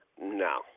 no